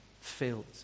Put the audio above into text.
filled